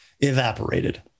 evaporated